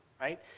right